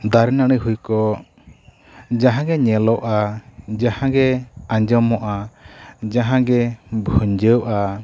ᱫᱟᱨᱮ ᱱᱟᱹᱲᱤ ᱦᱩᱭ ᱠᱚᱜ ᱡᱟᱦᱟᱸ ᱜᱮ ᱧᱮᱞᱚᱜᱼᱟ ᱡᱟᱦᱟᱸ ᱜᱮ ᱟᱸᱡᱚᱢᱚᱜᱼᱟ ᱡᱟᱦᱟᱸ ᱜᱮ ᱵᱷᱩᱧᱡᱟᱹᱜᱼᱟ